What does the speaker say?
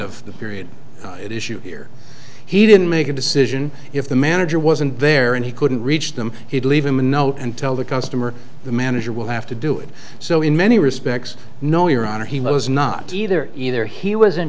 of the period at issue here he didn't make a decision if the manager wasn't there and he couldn't reach them he'd leave him a note and tell the customer the manager will have to do it so in many respects no your honor he was not either either he was in